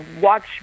watch